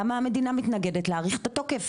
למה המדינה מתנגדת להאריך את התוקף?